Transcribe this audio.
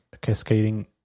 cascading